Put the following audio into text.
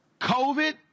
COVID